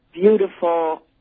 beautiful